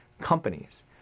companies